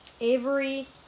Avery